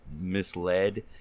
misled